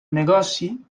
negoci